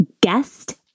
guest